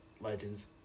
Legends